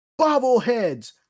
bobbleheads